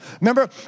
Remember